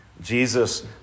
Jesus